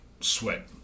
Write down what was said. sweat